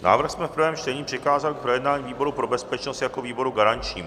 Návrh jsme v prvém čtení přikázali k projednání výboru pro bezpečnost jako výboru garančnímu.